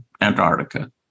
Antarctica